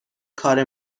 کار